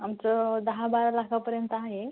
आमचं दहाबारा लाखापर्यंत आहे